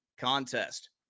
contest